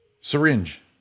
Syringe